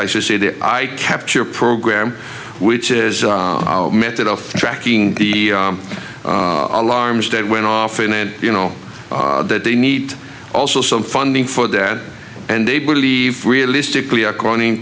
i should say that i capture program which is a method of tracking the alarms that went off and you know that they need also some funding for that and they believe realistically according